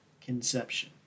conception